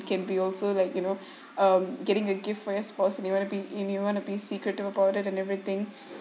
it can be also like you know um getting a gift for your spouse and you wanna be and you wanna be secretive about it and everything